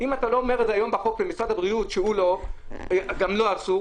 אם אתה לא אומר את זה היום בחוק למשרד הבריאות שגם לו אסור,